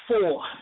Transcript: four